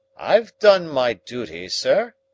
i've done my duty, sir.